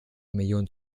millionen